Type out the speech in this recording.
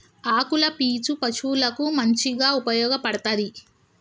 ఆకుల పీచు పశువులకు మంచిగా ఉపయోగపడ్తది